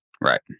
Right